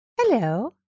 Hello